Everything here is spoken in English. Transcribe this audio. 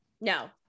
No